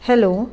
hello